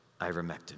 ivermectin